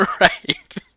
Right